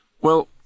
Well